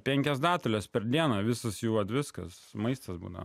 penkios datules per dieną visos jų vat viskas maistas būna